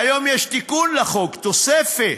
והיום יש תיקון לחוק, תוספת: